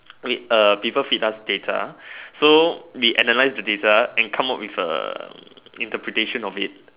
we err people feed us data so we analyse the data and come up with a interpretation of it